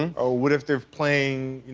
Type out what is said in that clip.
um or what if they're playing, you